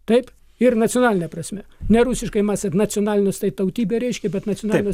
taip ir nacionaline prasme ne rusiškai maset nacionalinis tai tautybė reiškia bet nacionalinis yra